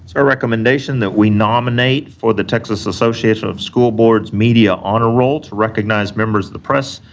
our recommendation that we nominate for the texas association of school boards media honor roll to recognize members of the press